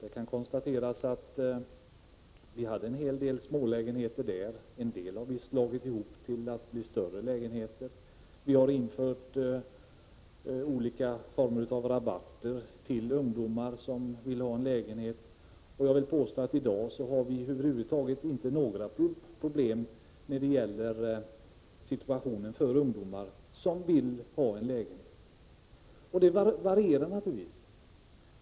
I Uddevalla hade vi en hel del smålägenheter. En del har vi slagit ihop till större lägenheter. Vi har infört olika former av rabatter till ungdomar som vill ha en lägenhet. Jag vill påstå att vi i dag över huvud taget inte har några problem när det gäller situationen för ungdomar som vill ha en lägenhet. Det varierar naturligtvis.